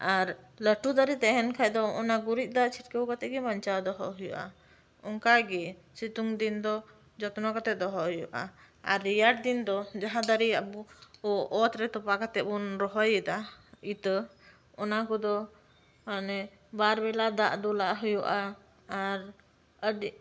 ᱟᱨ ᱞᱟᱹᱴᱩ ᱫᱟᱨᱮ ᱛᱟᱸᱦᱮᱱ ᱠᱷᱟᱡ ᱫᱚ ᱚᱱᱟ ᱜᱩᱨᱤᱡ ᱫᱟᱜ ᱪᱷᱤᱴᱠᱟᱹᱣ ᱠᱟᱛᱮ ᱵᱟᱧᱟᱣ ᱫᱚᱦᱚ ᱦᱩᱭᱩᱜᱼᱟ ᱚᱱᱠᱟ ᱜᱮ ᱥᱤᱛᱩᱝ ᱫᱤᱱ ᱫᱚ ᱡᱚᱛᱚᱱᱚ ᱠᱟᱛᱮ ᱫᱚᱦᱚ ᱦᱩᱭᱩᱜᱼᱟ ᱟᱨ ᱨᱮᱭᱟᱲ ᱫᱤᱱ ᱫᱚ ᱡᱟᱦᱟ ᱫᱟᱨᱮᱭᱟᱜ ᱵᱩ ᱚᱛ ᱨᱮ ᱛᱚᱯᱟ ᱠᱟᱛᱮ ᱵᱚ ᱨᱚᱦᱚᱭᱮᱫᱟ ᱤᱛᱟᱹ ᱚᱱᱟ ᱠᱚᱫᱚ ᱢᱟᱱᱮ ᱵᱟᱨ ᱵᱮᱞᱟ ᱫᱟᱜ ᱫᱩᱞᱟᱜ ᱦᱩᱭᱩᱜᱼᱟ ᱟᱨ ᱟᱹᱰᱤ